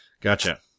Gotcha